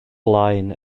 blaen